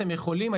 אתם יכולים,